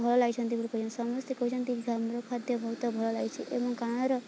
ଭଲ ଲାଗିଛନ୍ତି ବି କହିଛନ୍ତି ସମସ୍ତେ କହୁଛନ୍ତି ଆମର ଖାଦ୍ୟ ବହୁତ ଭଲ ହେଇଛି ଏବଂ ଗାଁର